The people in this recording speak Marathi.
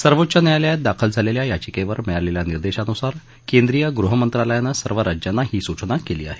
सर्वोच्च न्यायालयात दाखल झालेल्या याचिकेवर मिळालेल्या निर्देशानुसार केंद्रीय गृहमंत्रालयानं सर्व राज्यांना ही सूचना केली आहे